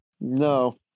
No